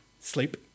sleep